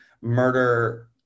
murder